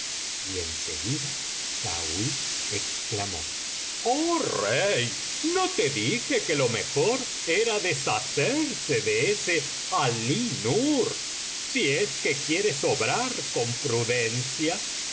y en seguida sauí exclamó oh rey no te dije que lo mejor era deshacerse de ese alí nur si es que quieres obrar con prudencia